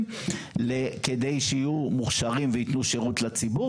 כדי שיהיו מוכשרים ויתנו שירות לציבור,